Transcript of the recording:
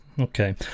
Okay